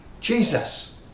Jesus